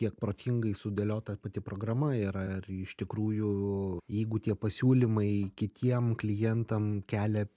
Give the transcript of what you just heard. kiek protingai sudėliota pati programa yra ar iš tikrųjų jeigu tie pasiūlymai kitiem klientam kelia